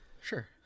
sure